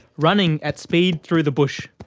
running at speed through the bush.